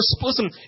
Listen